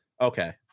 okay